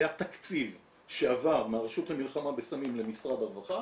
היה תקציב שעבר מהרשות למלחמה בסמים למשרד הרווחה,